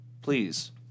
Please